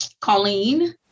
Colleen